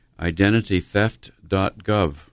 identitytheft.gov